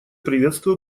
приветствую